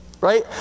Right